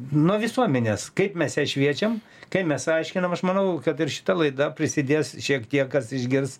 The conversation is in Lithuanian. nuo visuomenės kaip mes ją šviečiam kaip mes aiškinam aš manau kad ir šita laida prisidės šiek tiek kas išgirs